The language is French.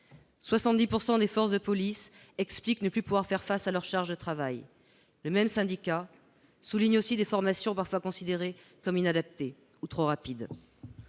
70 % des forces de police expliquent ne plus pouvoir faire face à leur charge de travail ». Le même syndicat dénonce aussi l'existence de formations parfois considérées comme inadaptées ou trop courtes.